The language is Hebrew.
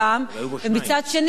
כשמגיעים לכאן עבריינים,